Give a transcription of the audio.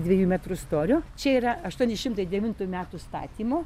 dviejų metrų storio čia yra aštuoni šimtai devintų metų statymo